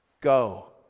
Go